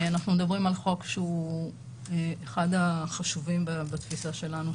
אנחנו מדברים על חוק שהוא אחד החשובים בתפיסה שלנו,